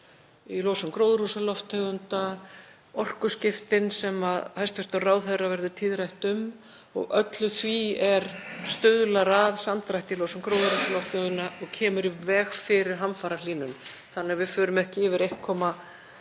í losun gróðurhúsalofttegunda, orkuskiptum sem hæstv. ráðherra verður tíðrætt um og öllu því er stuðlar að samdrætti í losun gróðurhúsalofttegunda og kemur í veg fyrir hamfarahlýnun þannig að við förum ekki yfir 1,5°C